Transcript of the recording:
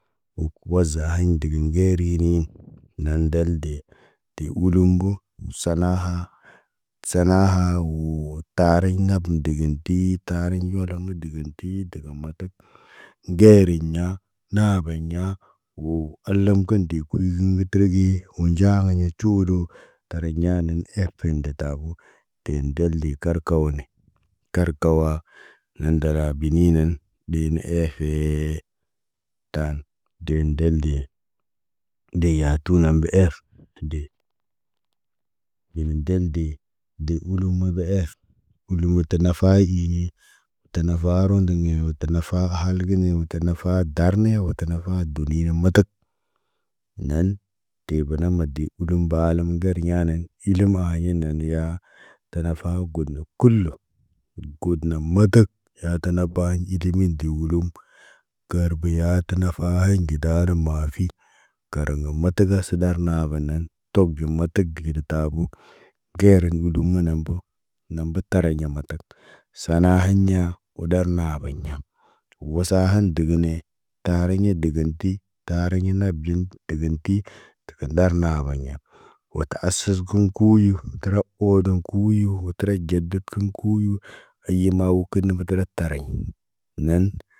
Woza hiɲ ndigin ge riniin. Nan ndel de, de ulumbu de sanaha. Sanaha wo, tariɲ nab digin tii, tariɲ ɲoloma digin tii, digin matak. Geriɲa naaba ɲa wo alam kən de kəruterigi wo nɟaagiɲa cuudu. Tariɲ ɲanen eeb nde tabu Teyin deli karkaw ne karkawa na ndala beninən. Ɗeni eefee, tan, deen deli. Dee yatu na mbe ef de; bel ndem, de uluma be ef. Ilumatəna faa iini. Tə nafa rondoŋg nəŋg, tə nafa hal gə nəŋg, tə nafa dar ni ya wo ta nafa duni na matak. Naan tebo nama de ulumbalem geri yanan. Iləma hayen end ya, tə nafa got kulu. Dub got na matak, ya tə nabaɲ idinim dewulum. Kərbə yaatu nafa hiɲ de daro mafi. Karaŋga mataga hasa ɗarna ba nan, tob ɟi matak gəlidi tabu. Gerin ndumu na mbo, namba taraɲ ɲa matak, sanahaɲa, wo ɗarna habaɲam. Wasa han degine, taariɲe degən ti. Taaariɲa nab ɟin dəgənti, təgə ɗarɲa habaɲa. Wo tə asas gun kuyu, tərab oodo kuyu, tərab ɟadəd kun kuyu. Ayi ma woki na fətər tariɲ, nan.